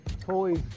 toys